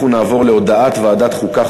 אנחנו נעבור להודעת ועדת חוקה,